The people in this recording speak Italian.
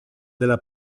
della